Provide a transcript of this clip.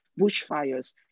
bushfires